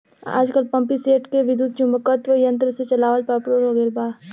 आजकल पम्पींगसेट के विद्युत्चुम्बकत्व यंत्र से चलावल पॉपुलर हो गईल बा